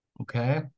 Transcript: Okay